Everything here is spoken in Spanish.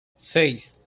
seis